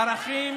ערכים